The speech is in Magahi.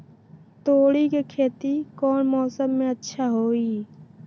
तोड़ी के खेती कौन मौसम में अच्छा होई?